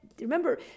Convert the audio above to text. Remember